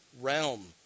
realm